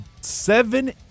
seven